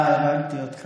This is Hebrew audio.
אה, הבנתי אותך.